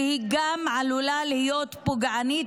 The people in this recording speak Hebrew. והיא גם עלולה להיות פוגענית,